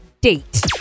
date